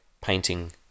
painting